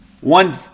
One